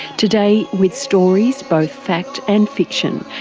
today with stories, both fact and fiction,